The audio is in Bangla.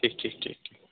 ঠিক ঠিক ঠিক ঠিক